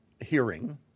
hearing